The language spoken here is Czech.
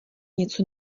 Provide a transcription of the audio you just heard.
něco